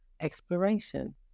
exploration